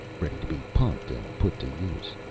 ready to be pumped and put to use.